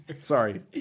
Sorry